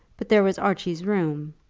but there was archie's room,